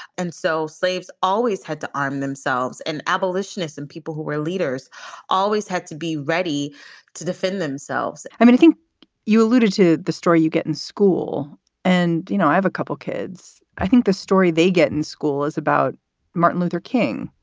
and so slaves always had to arm themselves. and abolitionists and people who were leaders always had to be ready to defend themselves i mean, i think you alluded to the story you get in school and, you know, i have a couple of kids. i think the story they get in school is about martin luther king.